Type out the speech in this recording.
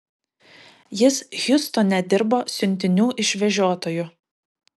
jis hjustone dirbo siuntinių išvežiotoju